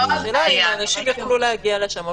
השאלה אם האנשים יוכלו להגיע לשם.